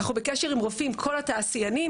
אנחנו בקשר עם רופאים כל התעשיינים.